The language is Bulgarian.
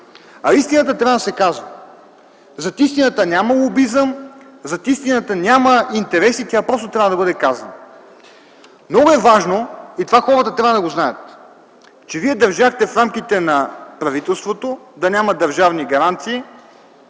Истината трябва да се казва. Зад истината няма лобизъм, няма интереси, тя просто трябва да бъде казвана! Много е важно и хората трябва да знаят, че Вие държахте в рамките на правителство да няма държавни гаранции